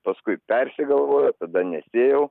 paskui persigalvojo tada nespėjau